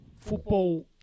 Football